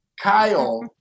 Kyle